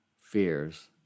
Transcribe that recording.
fears